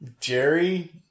Jerry